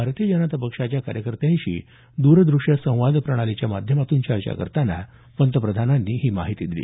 भारतीय जनता पक्षाच्या कार्यकर्त्यांशी द्रदृष्य संवाद प्रणालीच्या माध्यमातून चर्चा करताना पंतप्रधानांनी ही माहिती दिली